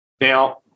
Now